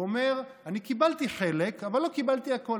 הוא אומר: אני קיבלתי חלק, אבל לא קיבלתי הכול.